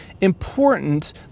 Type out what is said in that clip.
important